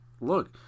look